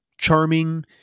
charming